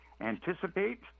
anticipate